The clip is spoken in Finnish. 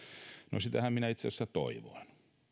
no sitähän minä itse asiassa toivoin